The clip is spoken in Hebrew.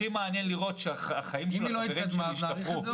אותי מעניין לראות שהחיים של החברים שלי השתפרו